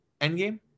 Endgame